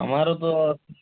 আমারও তো